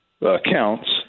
accounts